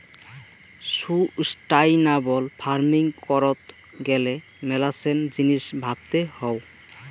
sustainable farming করত গ্যালে মেলাছেন জিনিস ভাবতে হউ